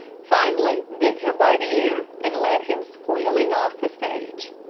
finally bit him by the ear, and led him squealing off the stage.